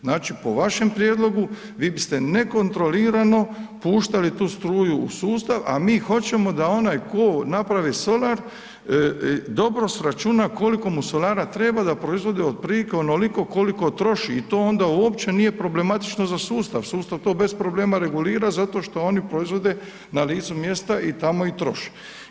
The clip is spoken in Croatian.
Znači po vašem prijedlogu vi biste nekontrolirano puštali tu struju u sustav a mi hoćemo da onaj tko napravi solar, dobro sračuna koliko mu solara treba da proizvodi otprilike onoliko koliko troši i to onda uopće nije problematično za sustav, sustav to bez problema regulira zato što oni proizvode na licu mjesta i tamo i troše.